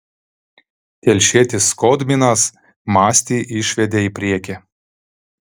telšietis skodminas mastį išvedė į priekį